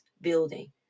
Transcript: building